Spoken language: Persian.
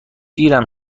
دیرم